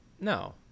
no